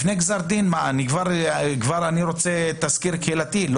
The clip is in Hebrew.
לפני גזר דין, כבר אני רוצה תסקיר קהילתי?